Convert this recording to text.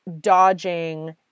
dodging